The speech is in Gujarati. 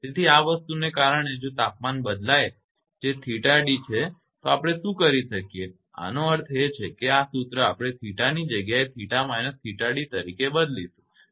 તેથી આ વસ્તુને કારણે જો તાપમાન બદલાય જે 𝜃𝑑 છે તો આપણે શું કરી શકીએ છીએ આનો અર્થ એ છે કે આ સૂત્ર આપણે 𝜃 ની જગ્યાએ 𝜃−𝜃𝑑 તરીકે બદલીશું